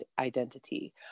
identity